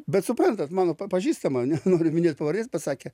bet suprantat mano pažįstama nenoriu minėt pavardės pasakė